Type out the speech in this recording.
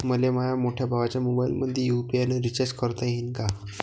मले माह्या मोठ्या भावाच्या मोबाईलमंदी यू.पी.आय न रिचार्ज करता येईन का?